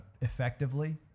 effectively